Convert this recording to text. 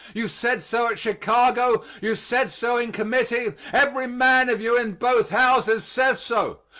you said so at chicago you said so in committee every man of you in both houses says so.